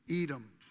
Edom